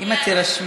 אם את תירשמי.